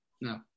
No